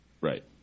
Right